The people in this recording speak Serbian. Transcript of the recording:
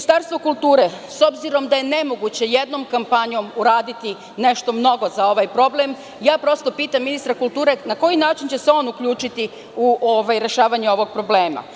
S obzirom da je nemoguće jednom kampanjom uraditi nešto mnogo za ovaj problem, prosto pitam ministra kulture - na koji način će se on uključiti u rešavanje ovog problema?